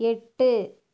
எட்டு